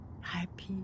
happy